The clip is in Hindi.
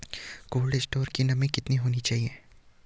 कोल्ड स्टोरेज की नमी कितनी होनी चाहिए?